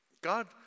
God